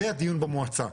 והדיון במועצה.